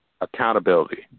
accountability